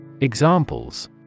Examples